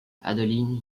adeline